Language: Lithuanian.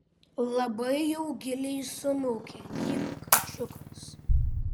labai jau gailiai sumiaukė lyg kačiukas